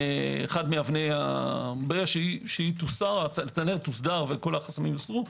ברגע שהצנרת תוסדר וכל החסמים יוסרו,